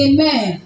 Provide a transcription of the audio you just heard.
Amen